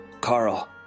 Carl